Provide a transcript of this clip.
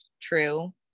true